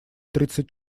тридцать